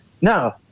No